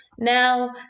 Now